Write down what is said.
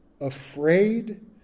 afraid